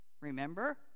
remember